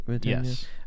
Yes